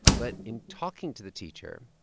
but in talking to the teacher,